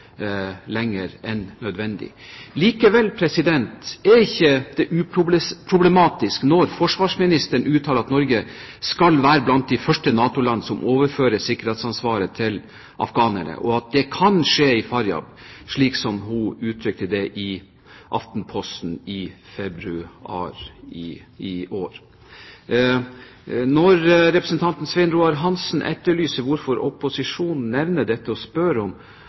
lenger enn nødvendig. Likevel er det ikke uproblematisk når forsvarsministeren uttaler at Norge skal være blant de første NATO-land som overfører sikkerhetsansvaret til afghanerne, og at det kan skje i Faryab, slik hun uttrykte det i Aftenposten tidligere i februar. Når representanten Svein Roald Hansen etterlyser hvorfor opposisjonen nevner dette og spør om